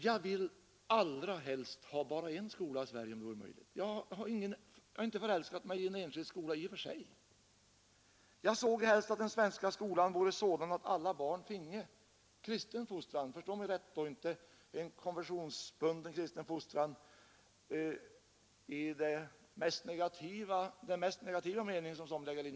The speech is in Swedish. Jag vill allra helst, om det vore möjligt, ha bara en enda skola i Sverige. Jag har inte förälskat mig i en enskild skola som sådan. Jag såge helst att den svenska skolan vore sådan att alla barn finge kristen fostran. Förstå mig rätt på denna punkt — jag menar inte en konfessionsbunden kristen fostran i den negativa mening som somliga inlägger i detta begrepp.